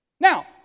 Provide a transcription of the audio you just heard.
Now